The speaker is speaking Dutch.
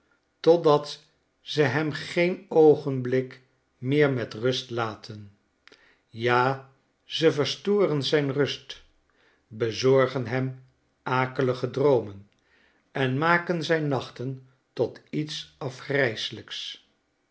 totdat ze hem geen oogenblik meer met rust laten ja ze verstoren zijn rust bezorgen hem akelige droomen en maken zijn nachten tot iets